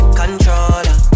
controller